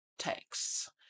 texts